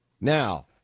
Now